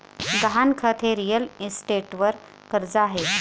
गहाणखत हे रिअल इस्टेटवर कर्ज आहे